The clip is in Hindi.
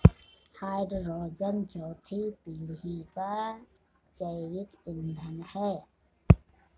हाइड्रोजन चौथी पीढ़ी का जैविक ईंधन है